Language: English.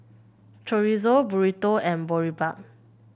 Chorizo Burrito and Boribap